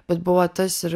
bet buvo tas ir